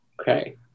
Okay